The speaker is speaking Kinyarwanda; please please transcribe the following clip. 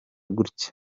gutya